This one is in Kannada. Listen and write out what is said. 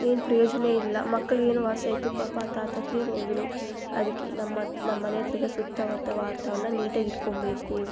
ಏನು ಪ್ರಯೋಜನ ಇಲ್ಲ ಮಕ್ಳಿಗ್ ಏನೋ ವಾಸಿಯಾಯಿತು ಪಾಪ ಆ ತಾತ ತೀರೋದ್ರು ಅದಕ್ಕೆ ನಮ್ಮ ನಮ್ಮನೆಯಹತ್ರ ಇರುವ ಸುತ್ತಮುತ್ತ ವಾರ್ತಾವರಣ ನೀಟಾಗಿಟ್ಕೊಬೇಕು